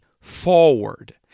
forward